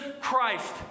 Christ